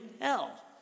hell